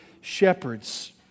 shepherds